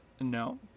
No